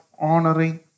honoring